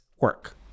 work